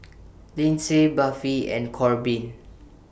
Lynsey Buffy and Corbin